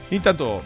Intanto